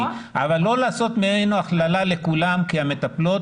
אבל לא לעשות ממנו הכללה לכולן כי המטפלות